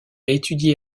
étudié